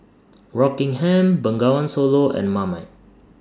Rockingham Bengawan Solo and Marmite